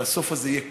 והסוף הזה יהיה כואב.